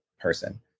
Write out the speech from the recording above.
person